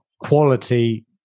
quality